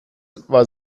war